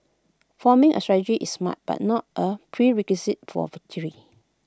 forming A strategy is smart but not A prerequisite for victory